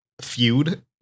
feud